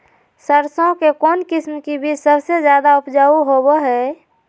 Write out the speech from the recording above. सरसों के कौन किस्म के बीच सबसे ज्यादा उपजाऊ होबो हय?